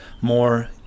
more